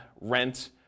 rent